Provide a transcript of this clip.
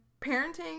parenting